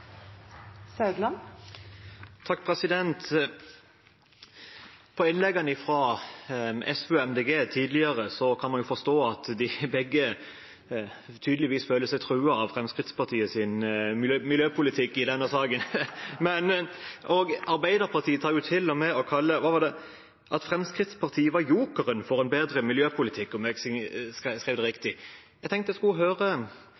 tidligere kan man forstå at de begge tydeligvis føler seg truet av Fremskrittspartiets miljøpolitikk i denne saken. Arbeiderpartiet sa til og med at Fremskrittspartiet var jokeren for en bedre miljøpolitikk, om jeg skrev det riktig ned. Jeg tenkte jeg skulle høre